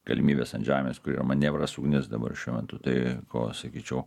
galimybes ant žemės kur yra manevras ugnis dabar šiuo metu tai ko sakyčiau